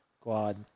quad